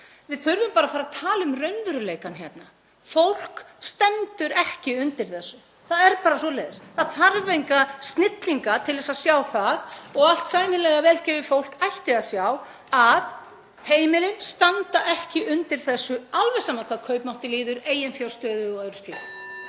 Við þurfum bara að fara að tala um raunveruleikann hérna. Fólk stendur ekki undir þessu. Það er bara svoleiðis. Það þarf enga snillinga til að sjá það. Allt sæmilega vel gefið fólk ætti að sjá að heimilin standa ekki undir þessu, alveg sama hvað kaupmætti líður, eiginfjárstöðu og öðru slíku.